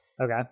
Okay